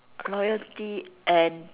loyalty and